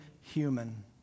human